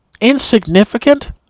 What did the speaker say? insignificant